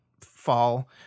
fall